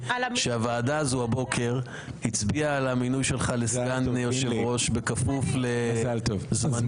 שהוועדה הזו הבוקר הצביעה על המינוי שלו לסגן יושב-ראש בכפוף לזמני.